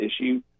issue